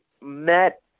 met